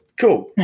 Cool